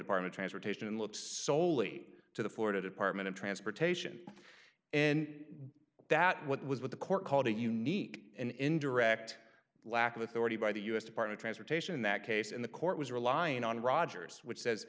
department transportation and looks soley to the florida department of transportation and that what was what the court called a unique and indirect lack of authority by the u s department transportation in that case and the court was relying on rogers which says